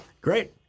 Great